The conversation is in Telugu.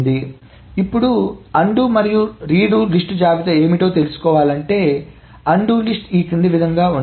కాబట్టి ఇప్పుడు అన్డు మరియు రీడు లిస్ట్ జాబితా ఏమిటో తెలుసుకోవాలంటే అన్డు లిస్ట్ ఈ క్రింది విధముగా ఉన్నది